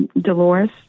Dolores